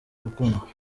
gukundwa